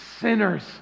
sinners